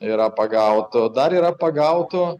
yra pagautų dar yra pagautų